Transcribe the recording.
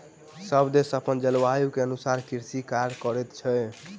सभ देश अपन जलवायु के अनुसारे कृषि कार्य करैत अछि